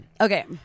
Okay